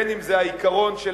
אתה בעד שתי מדינות לשני עמים?